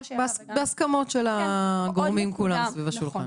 בהסכמות של הגורמים כולם סביב השולחן.